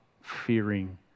fearing